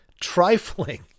trifling